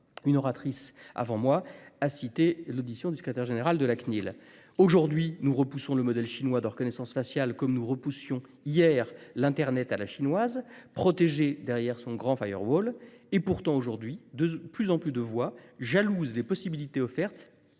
précédente ayant évoqué l'audition du secrétaire général de la Cnil. Aujourd'hui, nous repoussons le modèle chinois de reconnaissance faciale, comme nous repoussions hier l'internet à la chinoise, protégé derrière son grand. Pourtant, de plus en plus de voix jalousent les possibilités offertes